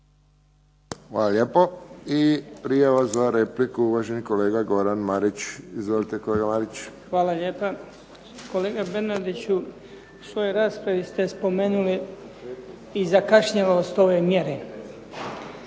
Hvala lijepo. I prijava za repliku, uvaženi kolega Goran Marić. Izvolite kolega Marić. **Marić, Goran (HDZ)** Hvala lijepa. Kolega Bernardiću, u svojoj raspravi ste spomenuli i zakašnjelost ove mjere, pa